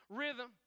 rhythm